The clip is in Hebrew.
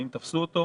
האם תפסו אותו?